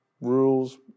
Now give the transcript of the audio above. Rules